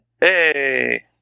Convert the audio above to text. Hey